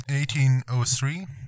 1803